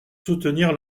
soutenir